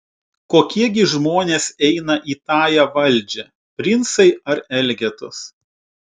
kokie gi žmonės eina į tąją valdžią princai ar elgetos